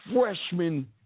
freshman